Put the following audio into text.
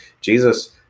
Jesus